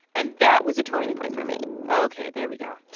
and that was a turning point for me ok. there we go